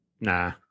Nah